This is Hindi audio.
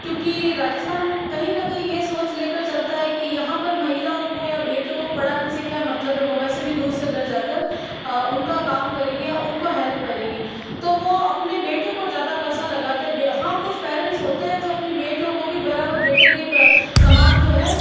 क्योंकि राजस्थान कहीं ना कहीं ये सोच ले कर चलता है कि यहाँ पर महिलाओं को या बेटियों को पढ़ाने से क्या मतलब है वो वैसे भी दूसरे घर जा कर उनका काम करेगी या उनको हेल्प करेगी तो वो अपने बेटे पर ज़्यादा पैसा लगाते हाँ कुछ पेरेंट्स होते हैं जो अपनी बेटियों को भी बराबर बेटे के सामान जो है